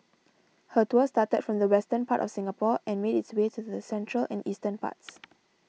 her tour started from the western part of Singapore and made its way to the central and eastern parts